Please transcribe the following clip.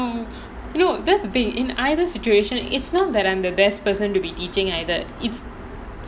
oh that's the thing in either situation it's not that I'm the best person to be teaching either it's